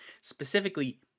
Specifically